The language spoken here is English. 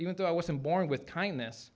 even though i wasn't born with kindness